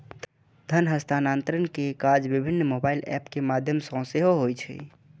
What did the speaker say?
धन हस्तांतरण के काज विभिन्न मोबाइल एप के माध्यम सं सेहो होइ छै